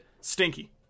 Stinky